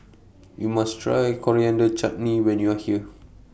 YOU must Try Coriander Chutney when YOU Are here